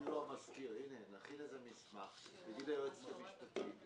המזכיר, נכין מסמך, נגיד ליועצת המשפטית.